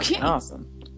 awesome